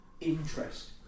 interest